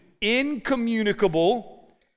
incommunicable